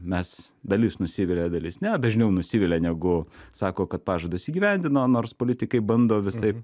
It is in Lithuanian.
mes dalis nusivilia dalis ne dažniau nusivilia negu sako kad pažadus įgyvendino nors politikai bando visaip